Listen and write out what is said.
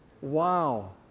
wow